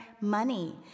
money